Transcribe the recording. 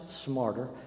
smarter